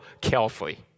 carefully